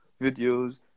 videos